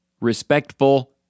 respectful